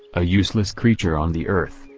a useless creature on the earth,